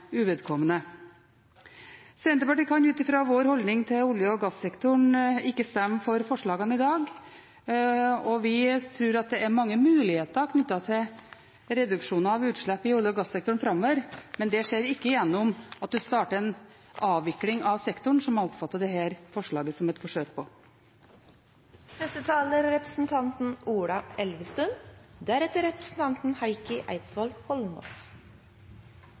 uvedkommende. Senterpartiet kan ut ifra vår holdning til olje- og gassektoren ikke stemme for forslagene i dag. Vi tror det er mange muligheter knyttet til reduksjoner av utslipp i olje- og gassektoren framover, men det skjer ikke gjennom at en starter en avvikling av sektoren, som jeg oppfatter disse forslagene som et forsøk